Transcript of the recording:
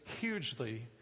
hugely